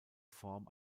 form